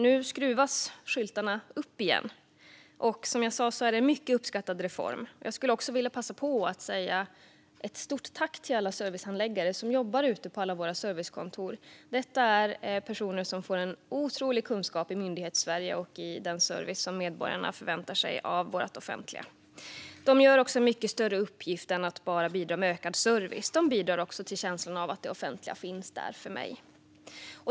Nu skruvas skyltarna upp igen. Det är som sagt en mycket uppskattad reform. Jag vill passa på att rikta ett stort tack till alla servicehandläggare som jobbar på våra servicekontor. Det är personer som har en otrolig kunskap om Myndighetssverige och den service som medborgarna förväntar sig av det offentliga. De har också en mycket större uppgift än att bara bidra med ökad service. De bidrar även till känslan att det offentliga finns där för mig.